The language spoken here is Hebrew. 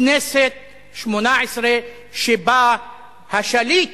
הכנסת השמונה-עשרה, שבה השליט